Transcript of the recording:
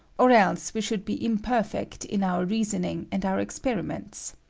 or else we should be imperfect in our reasoning and our experimente.